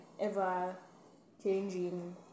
ever-changing